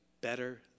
better